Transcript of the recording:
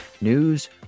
News